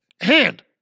hand